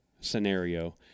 scenario